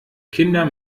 kinder